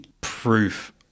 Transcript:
proof